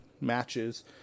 matches